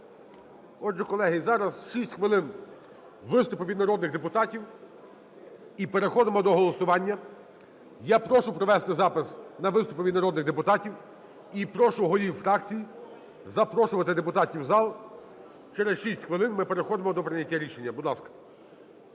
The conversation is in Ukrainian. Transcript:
Отже, колеги, зараз 6 хвилин виступи від народних депутатів. І переходимо до голосування. Я прошу провести запис на виступи від народних депутатів і прошу голів фракцій запрошувати депутатів в зал. Через 6 хвилин ми переходимо до прийняття рішення. Будь ласка.